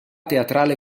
teatrale